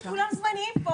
כולם זמניים כאן.